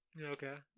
Okay